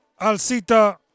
Alcita